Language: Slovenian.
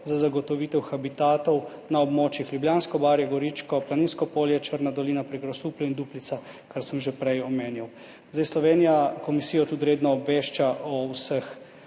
za zagotovitev habitatov na območjih Ljubljansko barje, Goričko, Planinsko polje, Črna dolina pri Grosuplju in Duplica, kar sem že prej omenil. Slovenija komisijo redno obvešča tudi o vseh